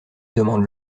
demandent